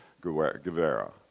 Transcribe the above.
Guevara